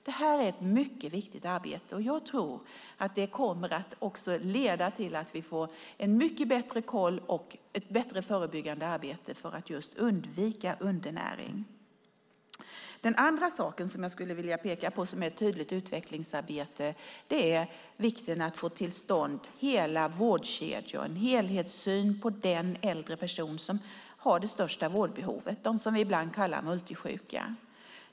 Det här är ett mycket viktigt arbete, och jag tror att det också kommer att leda till att vi får en mycket bättre kontroll och ett bättre förebyggande arbete för att undvika undernäring. Jag skulle också vilja peka på ett annat tydligt utvecklingsarbete. Det handlar om vikten av att få till stånd hela vårdkedjor och en helhetssyn på de äldre personer som har det största vårdbehovet, dem som vi ibland kallar multisjuka.